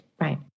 right